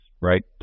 Right